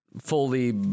fully